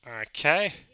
Okay